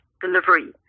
delivery